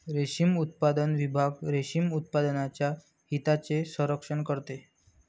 रेशीम उत्पादन विभाग रेशीम उत्पादकांच्या हितांचे संरक्षण करते